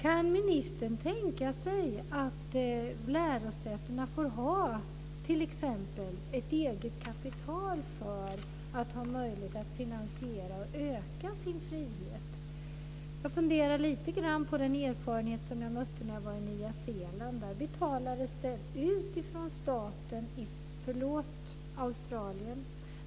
Kan ministern tänka sig att lärosätena får ha t.ex. ett eget kapital för att få möjlighet att finansiera det här och öka sin frihet? Jag funderar lite grann på den erfarenhet som jag mötte när jag var i Australien.